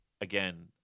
again